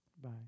Bye